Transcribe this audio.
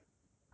see if I